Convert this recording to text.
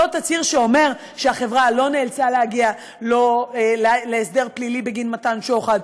לא תצהיר שאומר שהחברה לא נאלצה להגיע להסדר פלילי בגין מתן שוחד,